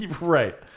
Right